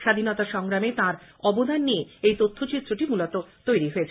স্বাধীনতা সংগ্রামে তাঁর অবদান নিয়ে এই তথ্যচিত্রটি মূলতঃ তৈরি হয়েছে